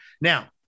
now